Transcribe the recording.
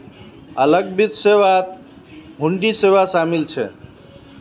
अलग वित्त सेवात हुंडी सेवा शामिल छ